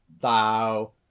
thou